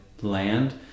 land